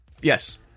Yes